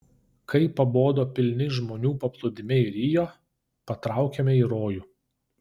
kai pabodo pilni žmonių paplūdimiai rio patraukėme į rojų